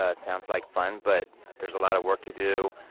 ah sounds like fun, but there's a lot of work to do.